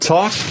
talk